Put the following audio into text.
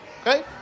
Okay